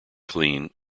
clean